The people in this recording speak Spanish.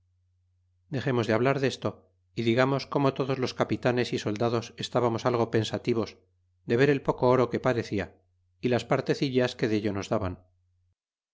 dexemos de hablar desto y digamos como todos los capitanes y soldados estábamos algo pensativos de ver el poco oro que parcela y las partecillas que dello nos daban